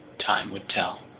time would tell.